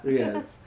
yes